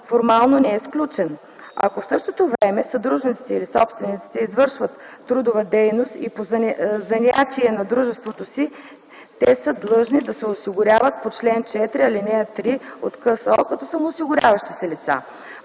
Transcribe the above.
формално не е сключен. Ако в същото време съдружниците/собствениците извършват трудова дейност и по занятие на дружеството си, те са длъжни да се осигуряват по чл. 4, ал. 3 на КСО като самоосигуряващи се лица.